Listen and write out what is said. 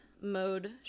mode